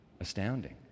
Astounding